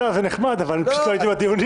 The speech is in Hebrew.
"אתה" זה נחמד אבל פשוט לא הייתי בדיונים.